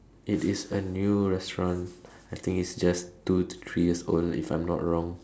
it is a new restaurant I think it's just two to three years old if I'm not wrong